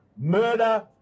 murder